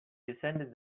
descended